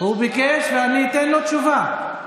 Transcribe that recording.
הוא ביקש ואני אתן לו תשובה.